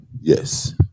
Yes